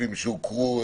גופים שהוכרו,